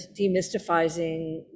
demystifying